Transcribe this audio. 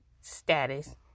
status